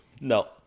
No